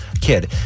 Kid